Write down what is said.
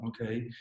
okay